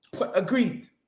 Agreed